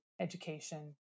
education